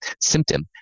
symptom